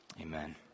Amen